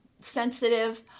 sensitive